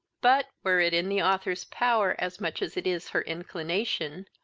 but, were it in the author's power as much as it is her inclination,